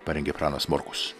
parengė pranas morkus